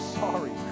sorry